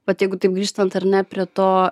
vat jeigu taip grįžtant ar ne prie to